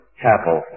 chapel